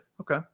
Okay